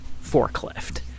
forklift